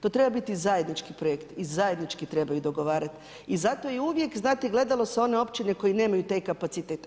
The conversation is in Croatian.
To treba biti zajednički projekt i zajednički trebaju dogovarati i zato je uvijek znate gledalo se one općine koje nemaju te kapacitete.